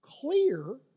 clear